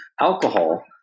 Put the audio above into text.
alcohol